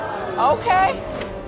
Okay